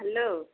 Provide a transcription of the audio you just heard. hello